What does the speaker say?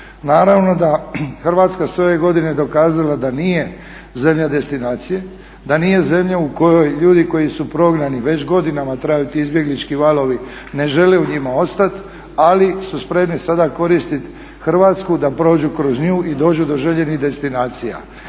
Naravno da Hrvatska je sve ove godine dokazala da nije zemlja destinacije, da nije zemlja u kojoj ljudi koji su prognani, već godinama traju ti izbjeglički valovi, ne žele u njima ostati ali su spremni sada koristiti Hrvatsku da prođu kroz nju i dođu do željenih destinacija.